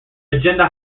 agenda